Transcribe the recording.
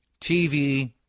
TV